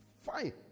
fine